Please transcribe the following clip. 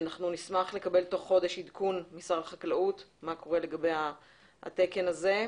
אנחנו נשמח לקבל תוך חודש עדכון משר החקלאות מה קורה לגבי התקן הזה.